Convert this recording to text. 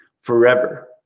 forever